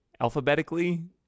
alphabetically